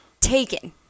Taken